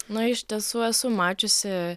na iš tiesų esu mačiusi